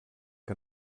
que